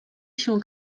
się